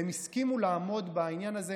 והם הסכימו לעמוד בעניין הזה.